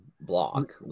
block